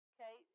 Okay